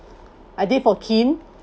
I did for kin